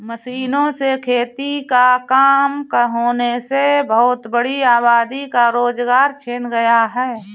मशीनों से खेती का काम होने से बहुत बड़ी आबादी का रोजगार छिन गया है